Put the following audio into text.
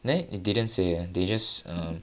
then it didn't say they just err